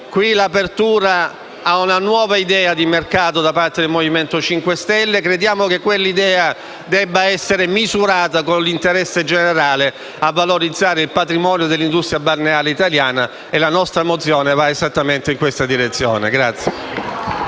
quindi l'apertura a una nuova idea di mercato da parte del Movimento 5 Stelle. Crediamo che quell'idea debba essere misurata con l'interesse generale a valorizzare il patrimonio dell'industria balneare italiana e la nostra mozione va esattamente in questa direzione.